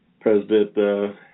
President